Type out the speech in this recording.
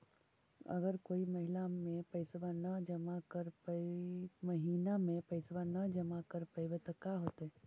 अगर कोई महिना मे पैसबा न जमा कर पईबै त का होतै?